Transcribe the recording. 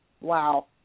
Wow